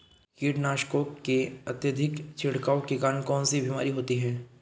कीटनाशकों के अत्यधिक छिड़काव के कारण कौन सी बीमारी होती है?